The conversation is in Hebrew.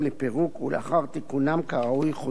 ולאחר תיקונם כראוי הם חוזרים לשימוש.